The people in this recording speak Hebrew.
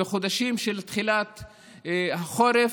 בחודשים של תחילת החורף.